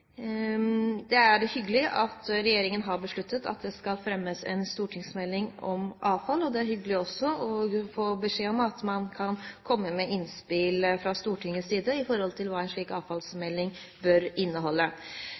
statsråden. Det er hyggelig at regjeringen har besluttet at det skal fremmes en stortingsmelding om avfall, og det er også hyggelig å få beskjed om at man kan komme med innspill fra Stortinget når det gjelder hva en slik avfallsmelding bør inneholde.